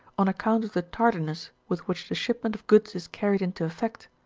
on account of the tardiness with which the shipment of goods is carried into effect,